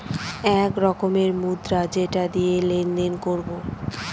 এক রকমের মুদ্রা যেটা দিয়ে লেনদেন করবো